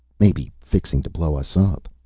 maybe fixing to blow us up.